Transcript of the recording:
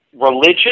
religion